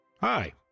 Hi